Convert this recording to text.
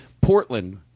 Portland